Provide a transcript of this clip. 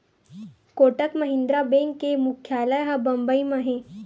Kotak Mahindra bank के मुख्यालय ह बंबई म हे